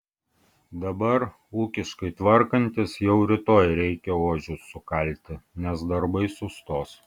dabar ūkiškai tvarkantis jau rytoj reikia ožius sukalti nes darbai sustos